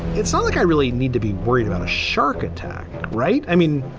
it's not like i really need to be worried about a shark attack. right. i mean,